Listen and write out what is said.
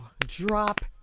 Drop